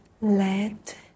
Let